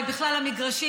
ובכלל המגרשים.